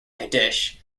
kaddish